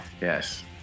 Yes